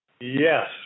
Yes